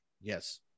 Yes